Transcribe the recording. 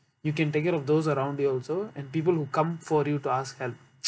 you can take care of those around you also and people who come for you to ask help